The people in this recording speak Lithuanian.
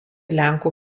lenkų